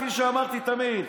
כפי שאמרתי תמיד,